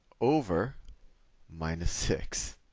over minus six.